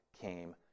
came